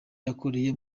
yakoreye